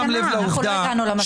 אנחנו לא הגענו למסקנה.